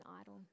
idol